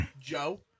Joe